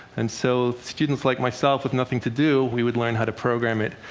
and so students like myself with nothing to do, we would learn how to program it.